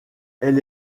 elle